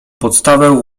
podstawę